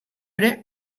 ere